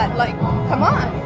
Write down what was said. and like c'mon.